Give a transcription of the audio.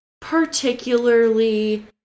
particularly